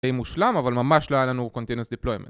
היה מושלם, אבל ממש לא היה לנו Container Deployment.